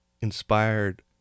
inspired